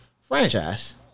Franchise